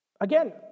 Again